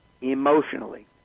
emotionally